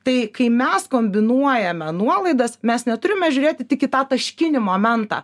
tai kai mes kombinuojame nuolaidas mes neturime žiūrėti tik į tą taškinį momentą